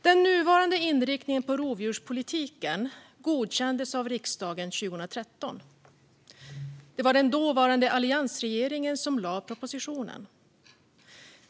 Den nuvarande inriktningen på rovdjurspolitiken godkändes av riksdagen 2013. Det var den dåvarande alliansregeringen som lade fram propositionen.